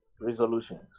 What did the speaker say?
resolutions